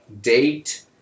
date